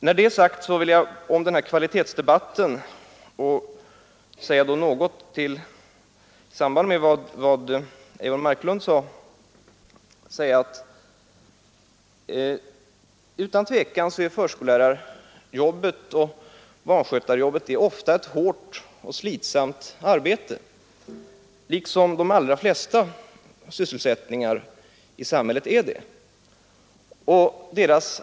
När detta är sagt vill jag i fråga om kvalitetsdebatten, i samband med vad Eivor Marklund anförde, säga att utan tvivel är förskollärarjobbet och barnskötarjobbet ofta hårt och slitsamt, liksom de allra flesta sysselsättningar i samhället är.